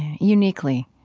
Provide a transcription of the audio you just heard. uniquely